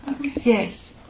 Yes